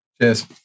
Cheers